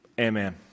Amen